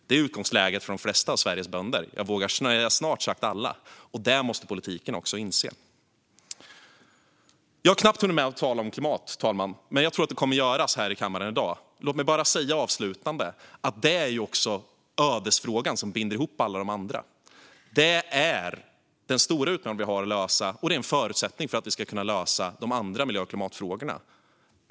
Det är utgångspunkten för de flesta av Sveriges bönder, snart sagt alla, vågar jag säga. Det måste politiken också inse. Jag har knappt hunnit med att tala om klimat, fru talman, men jag tror att det kommer att göras här i kammaren i dag. Låt mig bara säga avslutande att det är ödesfrågan som binder ihop alla de andra. Det är den stora utmaningen som vi har att lösa, och det är en förutsättning för att vi ska kunna lösa de andra miljö och klimatfrågorna.